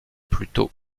plutôt